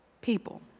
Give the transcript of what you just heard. people